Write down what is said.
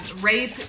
rape